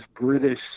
British